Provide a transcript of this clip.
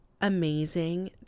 amazing